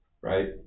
right